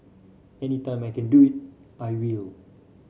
any time I can do it I will